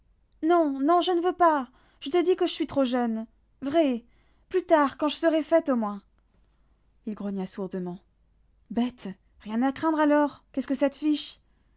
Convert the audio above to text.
non non je ne veux pas je te dis que je suis trop jeune vrai plus tard quand je serai faite au moins il grogna sourdement bête rien à craindre alors qu'est-ce que ça te fiche